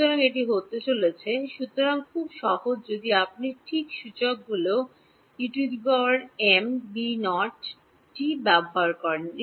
সুতরাং এটি হতে চলেছে সুতরাং খুব সহজ যদি আপনি ঠিক সূচকগুলি টি ঠিক রাখেন